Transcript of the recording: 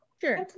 sure